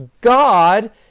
God